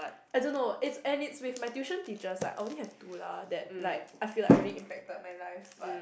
I don't know it's and it's with my tuition teachers lah like I only have two lah like I feel like really impacted my life but